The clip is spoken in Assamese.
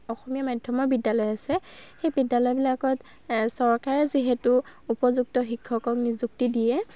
অসমীয়া মাধ্যমৰ বিদ্যালয় আছে সেই বিদ্যালয়বিলাকত চৰকাৰে যিহেতু উপযুক্ত শিক্ষকক নিযুক্তি দিয়ে